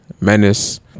menace